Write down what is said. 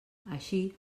així